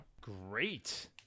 Great